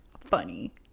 funny